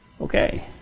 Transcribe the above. okay